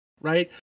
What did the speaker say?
right